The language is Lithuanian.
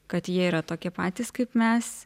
kad jie yra tokie patys kaip mes